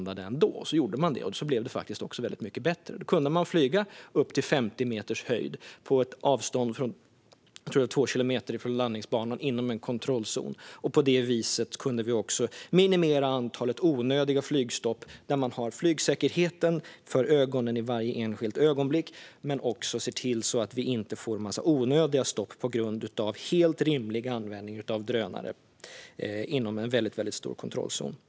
Det gjorde man, och det blev faktiskt väldigt mycket bättre. Då kunde man flyga på upp till 50 meters höjd på ett avstånd på 2 kilometer från landningsbanan inom en kontrollzon. På det viset kunde vi minimera antalet onödiga flygstopp och ha flygsäkerheten för ögonen i varje enskilt ögonblick men också se till att vi inte får en massa onödiga stopp på grund av helt rimlig användning av drönare inom en stor kontrollzon.